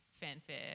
fanfare